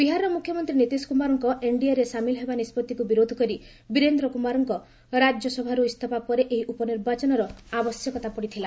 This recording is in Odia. ବିହାର ମୁଖ୍ୟମନ୍ତ୍ରୀ ନିତୀଶ କୁମାରଙ୍କ ଏନ୍ଡିଏରେ ସାମିଲ ହେବା ନିଷ୍ପଭିକୁ ବିରୋଧ କରି ବିରେନ୍ଦ୍ର କୁମାରଙ୍କ ରାଜ୍ୟସଭାର୍ ଇସ୍ତଫା ପରେ ଏହି ଉପନିର୍ବାଚନର ଆବଶ୍ୟକତା ପଡ଼ିଥିଲା